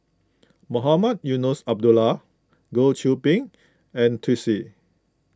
Mohamed Eunos Abdullah Goh Qiu Bin and Twisstii